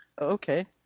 Okay